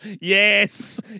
Yes